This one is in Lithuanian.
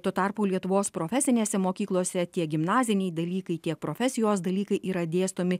tuo tarpu lietuvos profesinėse mokyklose tiek gimnaziniai dalykai tiek profesijos dalykai yra dėstomi